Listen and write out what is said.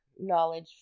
knowledge